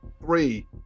three